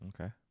Okay